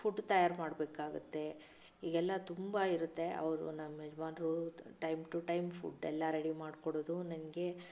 food ತಯಾರು ಮಾಡಬೇಕಾಗತ್ತೆ ಹೀಗೆಲ್ಲ ತುಂಬಾ ಇರುತ್ತೆ ಅವರು ನಮ್ಮ ಯಜಮಾನರು ತ್ ಟೈಮ್ ಟು ಟೈಮ್ ಫ಼ುಡ್ ಎಲ್ಲ ರೆಡಿ ಮಾಡಿಕೊಡೋದು ನನಗೆ